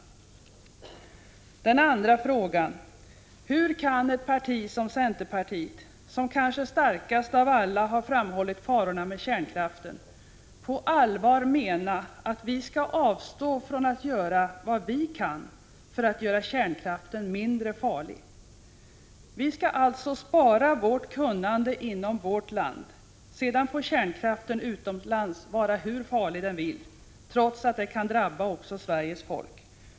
För det andra: Hur kan centerpartiet, som kanske starkast av alla partier har framhållit farorna med kärnkraften, på allvar mena att vi skall avstå från att göra vad vi kan för att göra kärnkraften mindre farlig? Vi skall alltså spara vårt kunnande inom vårt land. Sedan får kärnkraften utomlands vara hur farlig den vill, trots att det kan drabba också Sveriges folk.